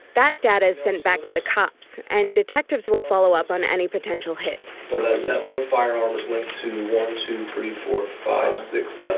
that data is sent back to the cops, and detectives will follow up on any potential hits. that that one firearm was linked to, one, two, three, four, five, six, so